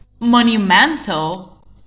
monumental